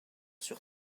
sur